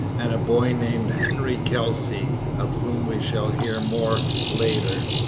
and a boy named henry kelsey, of whom we shall hear more later.